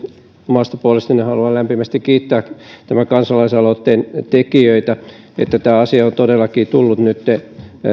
omasta puolestani haluan lämpimästi kiittää tämän kansalaisaloitteen tekijöitä että tämä asia on todellakin tullut nytten